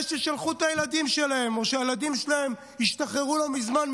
אלה ששלחו את הילדים שלהם או שהילדים שלהם השתחררו לא מזמן,